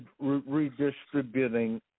redistributing